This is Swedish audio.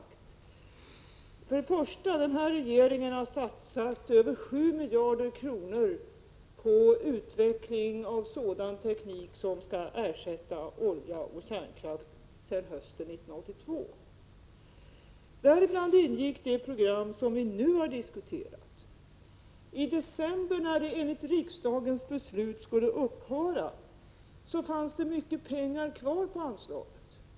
Den här regeringen har sedan hösten 1982 satsat över 7 miljarder på utvecklingen av sådan teknik som skall ersätta olja och kärnkraft. Däribland ingick det program som nu diskuteras. I december när programmet enligt riksdagens beslut skulle vara slutfört fanns det mycket pengar kvar av anslaget.